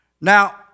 Now